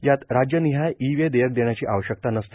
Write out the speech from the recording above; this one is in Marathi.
यात राज्य निहाय ई वे देयक देण्याची आवश्यकता नसते